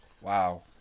Wow